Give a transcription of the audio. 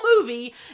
movie